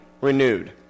renewed